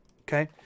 Okay